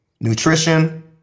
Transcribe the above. Nutrition